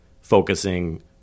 focusing